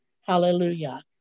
Hallelujah